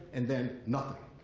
and then nothing.